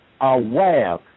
aware